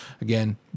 again